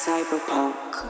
Cyberpunk